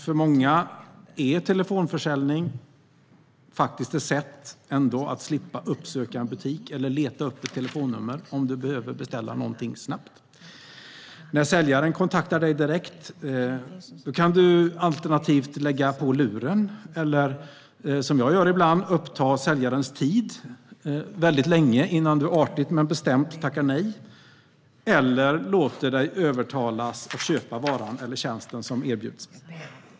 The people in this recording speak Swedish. För många är telefonförsäljning ett sätt att slippa uppsöka en butik eller leta upp ett telefonnummer om man behöver beställa någonting snabbt. När säljaren kontaktar dig direkt kan du lägga på luren, uppta säljarens tid väldigt länge innan du artigt men bestämt tackar nej, som jag gör ibland, eller låta dig övertalas att köpa varan eller tjänsten som erbjuds.